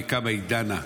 בכמה היא דנה,